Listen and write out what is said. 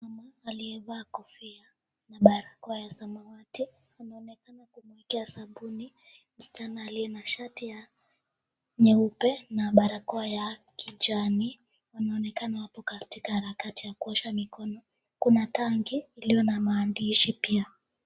Mama aliyevaa kofia na barakoa ya samawati, anaonekana kumuekea sabuni msichana aliye na shati ya nyeupe na barakoa ya kijani. Wanaonekana wapo katika harakati ya kuosha mikono. Kuna tanki lililo na maandishi pia.